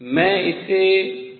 मैं इसे सिद्ध नहीं कर रहा हूँ